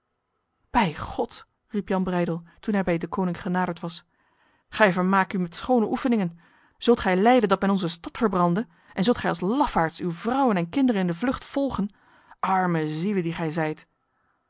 bij god riep jan breydel toen hij bij deconinck genaderd was gij vermaakt u met schone oefeningen zult gij lijden dat men onze stad verbrande en zult gij als lafaards uw vrouwen en kinderen in de vlucht volgen arme zielen die gij zijt